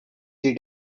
their